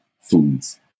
foods